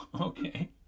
Okay